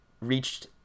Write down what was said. reached